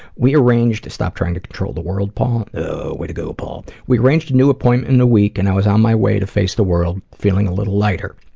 we arranged, stop trying to control the world paul, way to go paul, we arranged a new appointment in a week and i was on my way to face the world, feeling a little lighter.